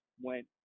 went